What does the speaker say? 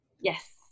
Yes